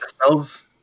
Spells